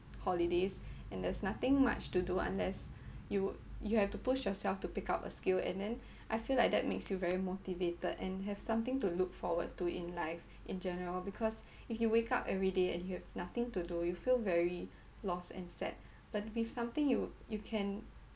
holidays and there's nothing much to do unless you you have to push yourself to pick up a skill and then I feel like that makes you very motivated and have something to look forward to in life in general because if you wake up every day and have nothing to do you feel very lost and sad but with something you you can